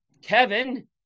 Kevin